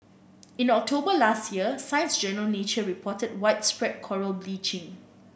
in October last year Science Journal Nature reported widespread coral bleaching